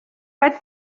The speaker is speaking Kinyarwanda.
mfata